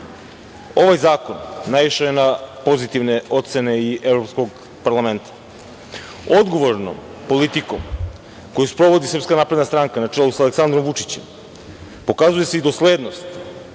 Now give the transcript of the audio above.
Ovaj zakon naišao je na pozitivne ocene i Evropskog parlamenta. Odgovornom politikom koju sprovodi SNS na čelu sa Aleksandrom Vučićem pokazuje se i doslednost